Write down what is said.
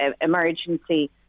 emergency